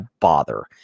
bother